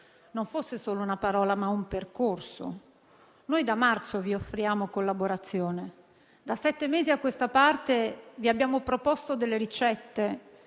non fosse solo una parola, ma un percorso. Noi da marzo vi offriamo collaborazione: da sette mesi a questa parte, vi abbiamo proposto ricette